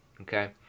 okay